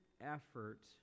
effort